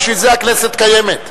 בשביל זה הכנסת קיימת.